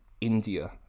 india